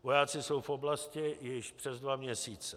Vojáci jsou v oblasti již přes dva měsíce.